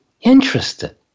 interested